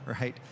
right